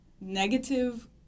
negative